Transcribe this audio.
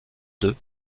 deux